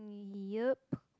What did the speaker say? yup